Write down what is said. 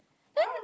then